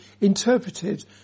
interpreted